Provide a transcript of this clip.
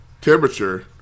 temperature